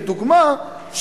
לדוגמה,